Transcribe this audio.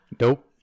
Nope